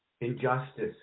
injustice